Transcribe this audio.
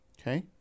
Okay